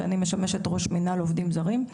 שאני משמשת ראש מנהל עובדים זרים,